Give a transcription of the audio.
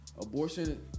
abortion